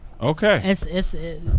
Okay